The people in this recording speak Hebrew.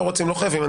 לא רוצים, לא חייבים.